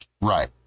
Right